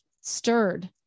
stirred